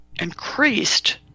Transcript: increased